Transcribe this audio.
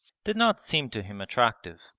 did not seem to him attractive,